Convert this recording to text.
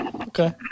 Okay